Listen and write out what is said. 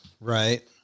Right